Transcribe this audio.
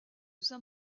saint